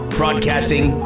broadcasting